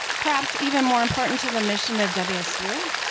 perhaps even more important to the mission of wsu,